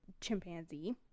chimpanzee